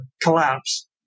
collapse